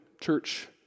church